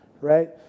right